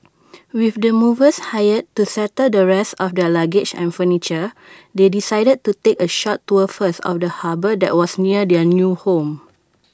with the movers hired to settle the rest of their luggage and furniture they decided to take A short tour first of the harbour that was near their new home